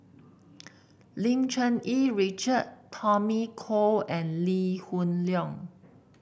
Lim Cherng Yih Richard Tommy Koh and Lee Hoon Leong